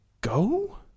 go